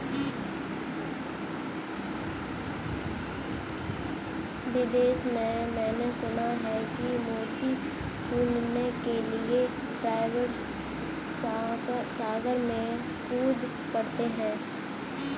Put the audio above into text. विदेश में मैंने सुना है कि मोती चुनने के लिए ड्राइवर सागर में कूद पड़ते हैं